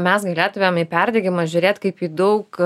mes galėtumėm į perdegimą žiūrėt kaip į daug